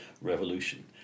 Revolution